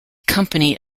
company